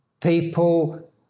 people